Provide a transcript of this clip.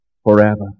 forever